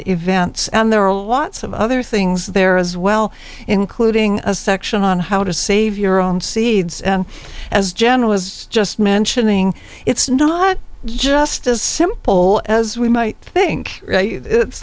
events and there are lots of other things there as well including a section on how to save your own seeds and as general was just mentioning it's not just as simple as we might think it's